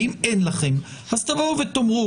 אם אין לכם, אז תבואו ותאמרו